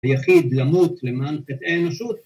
‫היחיד למות למען חטאי האנושות.